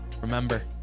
Remember